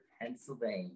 Pennsylvania